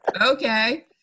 okay